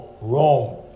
Rome